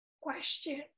question